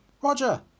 Roger